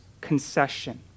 concession